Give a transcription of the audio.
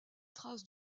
traces